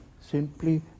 simply